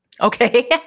Okay